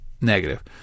negative